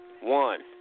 One